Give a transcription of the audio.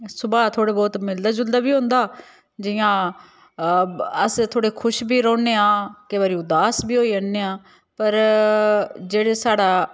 सभाऽ थोह्ड़ी बोह्त मिलदा जुलदा बी होंदा जियां अस थोह्ड़े खुश बी रौह्ने आं केईं बारी उदास बी होई जन्ने आं पर जेह्ड़ा साढ़ा